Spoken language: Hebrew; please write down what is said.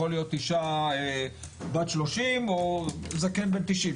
יכול להיות אישה בת 30 או זקן בן 90,